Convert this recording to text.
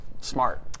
smart